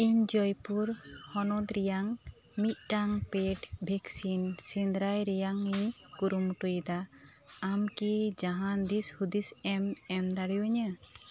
ᱤᱧ ᱡᱚᱭᱯᱩᱨ ᱦᱚᱱᱚᱛ ᱨᱮᱭᱟᱝ ᱢᱤᱫ ᱴᱟᱝ ᱯᱮᱰ ᱵᱷᱮᱠᱥᱤᱱ ᱥᱮᱸᱫᱽᱨᱟᱭ ᱨᱮᱭᱟᱝ ᱤᱧ ᱠᱩᱨᱩᱢᱩᱴᱩᱭᱮᱫᱟ ᱟᱢ ᱠᱤ ᱡᱟᱦᱟᱱ ᱫᱤᱥ ᱦᱩᱫᱤᱥ ᱮᱢ ᱮᱢ ᱫᱟᱲᱮᱣᱟᱹᱧᱟ